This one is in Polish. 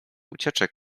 ucieczek